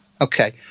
Okay